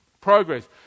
progress